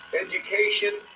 Education